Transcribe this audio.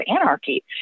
anarchy